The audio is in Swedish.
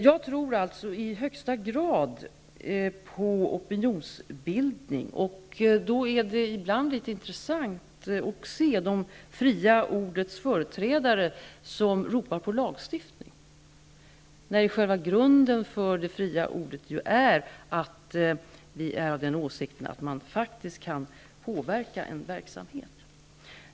Jag tror alltså i högsta grad på opinionsbildning, och då är det ibland intressant att höra det fria ordets företrädare ropa på lagstiftning. Själva grunden för det fria ordet är ju att vi är av den åsikten att man faktiskt kan påverka en verksamhet.